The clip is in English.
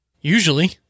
Usually